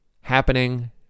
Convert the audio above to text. happening